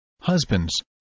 Husbands